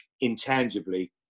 intangibly